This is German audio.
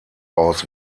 aus